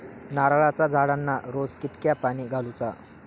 नारळाचा झाडांना रोज कितक्या पाणी घालुचा?